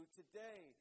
today